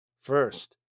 First